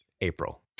April